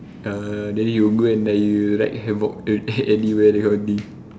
uh then you go and like you wreck havoc anywhere that kind of thing